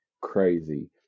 crazy